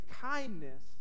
kindness